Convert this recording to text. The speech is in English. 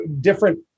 different